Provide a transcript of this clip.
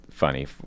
Funny